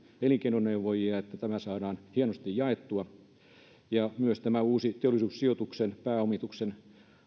elinkeinoneuvojia että tämä saadaan hienosti jaettua myös tämä uusi teollisuussijoituksen pääomituksen